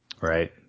Right